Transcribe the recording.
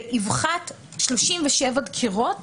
באבחת 37 דקירות